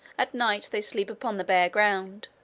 at night they sleep upon the bare ground.